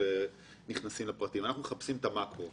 מחפשים את המקרו.